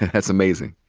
and that's amazing.